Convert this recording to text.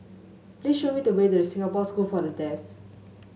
please show me the way to Singapore School for the Deaf